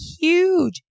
huge